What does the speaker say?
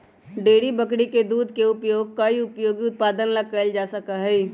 dairy बकरी के दूध के उपयोग कई उपयोगी उत्पादन ला कइल जा सका हई